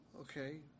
Okay